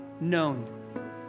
known